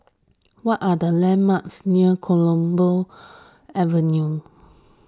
what are the landmarks near Copeland Avenue